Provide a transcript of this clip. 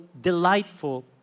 delightful